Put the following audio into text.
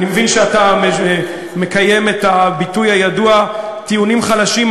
אני מבין שאתה מקיים את הביטוי הידוע: טיעונים חלשים,